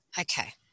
Okay